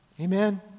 Amen